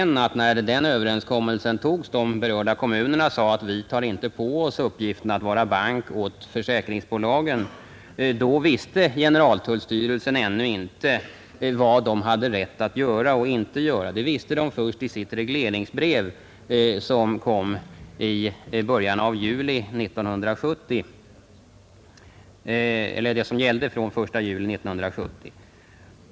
När den överenskommelsen träffades sades från de berörda kommunernas sida att vi tar inte på oss uppgiften att vara ”bank” åt försäkringsbolagen, men då visste generaltullstyrelsen ännu inte vad man hade rätt att göra eller inte göra. Det fick man klart för sig först när det regleringsbrev kom som gällde fr.o.m. den 1 juli 1970.